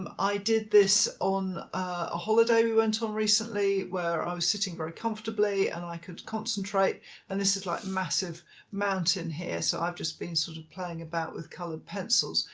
um i did this on a holiday we went on recently where i was sitting very comfortably and i could concentrate and this is a like massive mountain here so i've just been sort of playing about with coloured pencils,